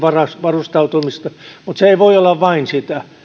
varustautumista mutta se ei voi olla vain sitä